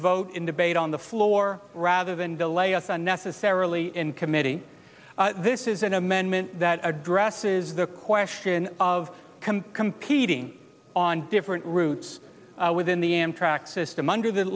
vote in debate on the floor rather than delay us unnecessarily in committee this is an amendment that addresses the question of competing on different routes within the amtrak system under the